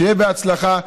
שיהיה בהצלחה,